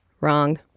Wrong